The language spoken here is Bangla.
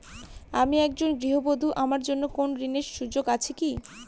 আমি একজন গৃহবধূ আমার জন্য কোন ঋণের সুযোগ আছে কি?